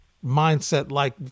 mindset-like